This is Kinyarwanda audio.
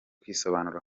kwisobanura